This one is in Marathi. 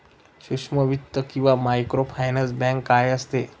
सूक्ष्म वित्त किंवा मायक्रोफायनान्स बँक काय असते?